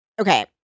Okay